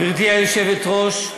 גברתי היושבת-ראש,